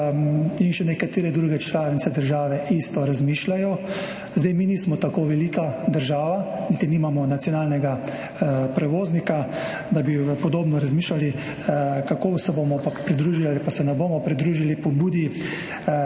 in še nekatere druge članice države isto razmišljajo. Mi nismo tako velika država, niti nimamo nacionalnega prevoznika, da bi podobno razmišljali. Kako se bomo pa pridružili ali pa se ne bomo pridružili pobudi,